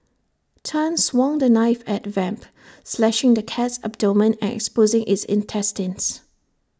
Tan swung the knife at Vamp slashing the cat's abdomen and exposing its intestines